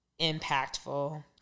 impactful